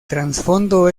trasfondo